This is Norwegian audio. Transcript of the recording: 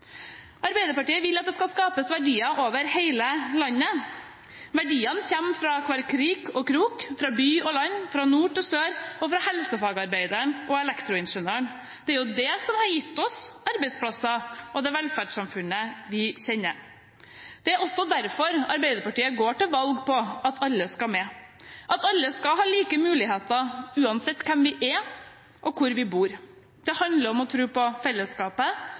Arbeiderpartiet vil at det skal skapes verdier over hele landet. Verdiene kommer fra hver krik og krok, fra by og land, fra nord til sør og fra helsefagarbeideren og elektroingeniøren. Det er det som har gitt oss arbeidsplasser og det velferdssamfunnet vi kjenner. Det er også derfor Arbeiderpartiet går til valg på at alle skal med, og at alle skal ha like muligheter uansett hvem vi er, og hvor vi bor. Det handler om å tro på fellesskapet,